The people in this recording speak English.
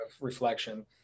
reflection